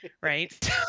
right